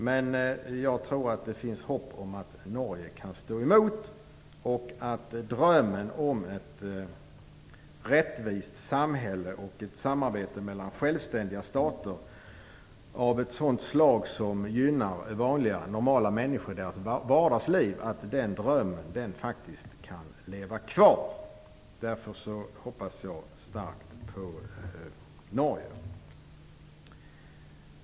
Men jag tror att det finns hopp om att Norge kan stå emot och att drömmen om ett rättvist samhälle och ett samarbete mellan självständiga stater av ett sådan slag som gynnar vanliga, normala människor i deras vardagsliv faktiskt kan leva kvar. Därför hoppas jag starkt på Norge.